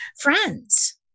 friends